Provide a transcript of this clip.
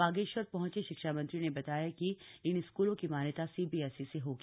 बागेश्वर पहंचे शिक्षा मंत्री ने बताया कि इन स्कूलों की मान्यता सीबीएसई से होगी